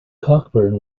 cockburn